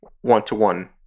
one-to-one